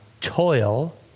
toil